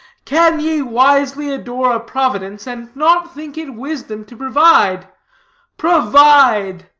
can ye wisely adore a providence, and not think it wisdom to provide provide!